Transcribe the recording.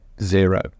zero